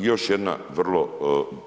I još jedna vrlo